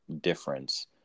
difference